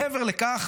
מעבר לכך,